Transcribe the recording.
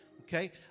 okay